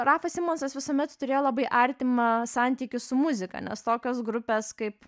rafas simonsas visuomet turėjo labai artimą santykį su muzika nes tokios grupės